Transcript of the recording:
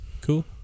Cool